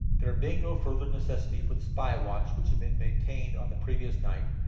there being no further necessity for the spy watch which had been maintained on the previous night,